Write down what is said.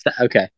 Okay